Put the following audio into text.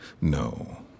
No